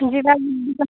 ଯିବା ଇ ଯିବା